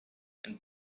and